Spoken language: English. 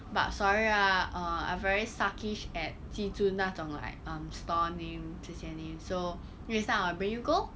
but sorry ah err I very suckish at 记住那种 like um store name 这些 names so next time I'll bring you go